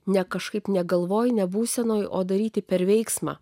ne kažkaip ne galvoj ne būsenoj o daryti per veiksmą